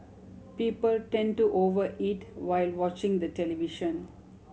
people tend to over eat while watching the television